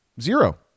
zero